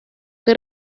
que